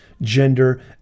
gender